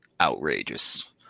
outrageous